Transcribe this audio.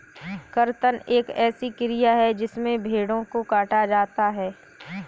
कर्तन एक ऐसी क्रिया है जिसमें भेड़ों को काटा जाता है